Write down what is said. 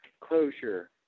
closure